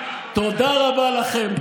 תודה רבה לכם.